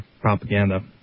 propaganda